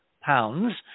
pounds